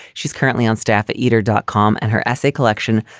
she's currently on staff at itr dot com. and her essay collection,